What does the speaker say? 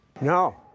No